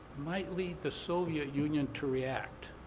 might lead the soviet union to react.